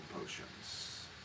potions